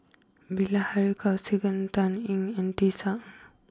Bilahari Kausikan Dan Ying and Tisa Ng